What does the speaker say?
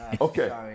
Okay